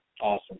awesome